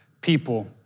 people